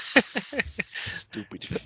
Stupid